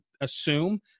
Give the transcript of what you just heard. assume